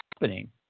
happening